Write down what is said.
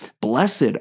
Blessed